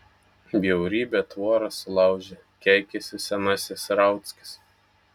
bjaurybė tvorą sulaužė keikiasi senasis rauckis